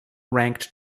ranked